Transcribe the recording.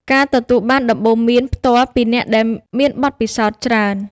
ការទទួលបានដំបូន្មានផ្ទាល់ពីអ្នកដែលមានបទពិសោធន៍ច្រើន។